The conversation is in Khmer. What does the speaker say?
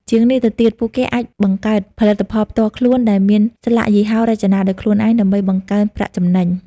ជាងនេះទៅទៀត ពួកគេអាចបង្កើតផលិតផលផ្ទាល់ខ្លួន ដែលមានស្លាកយីហោរចនាដោយខ្លួនឯងដើម្បីបង្កើនប្រាក់ចំណេញ។